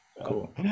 cool